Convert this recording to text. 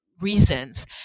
reasons